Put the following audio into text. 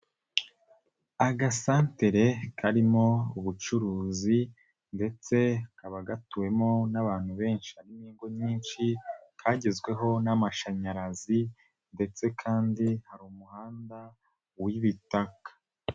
Agasantere karimo ubucuruzi ndetse kakaba gatuwemo n'abantu benshi hari n'ingo nyinshi kagezweho n'amashanyarazi ndetse kandi hari umuhanda w'ibitaka.